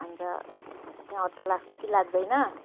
अन्त त्यहाँ अटो लाग्छ कि लाग्दैन